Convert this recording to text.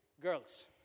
girls